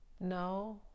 no